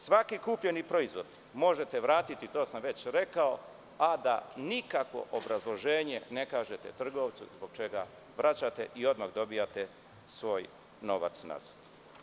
Svaki kupljeni proizvod možete vratiti, to sam već rekao, a da nikakvo obrazloženje ne kažete trgovcu zbog čega vraćate i odmah dobijate svoj novac nazad.